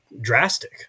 drastic